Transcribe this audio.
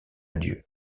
dieu